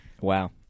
wow